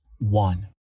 one